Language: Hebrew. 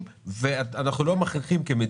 הדבר הזה לא ייתכן.